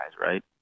right